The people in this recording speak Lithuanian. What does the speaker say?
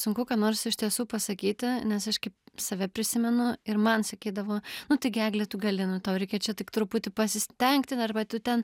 sunku ką nors iš tiesų pasakyti nes aš kaip save prisimenu ir man sakydavo nu taigi egle tu gali nu tau reikia čia tik truputį pasistengti arba tu ten